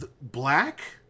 black